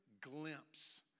glimpse